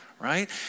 right